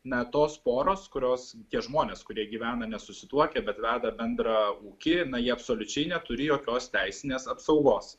na tos poros kurios tie žmonės kurie gyvena nesusituokę bet veda bendrą ūkį jie absoliučiai neturi jokios teisinės apsaugos